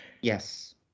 yes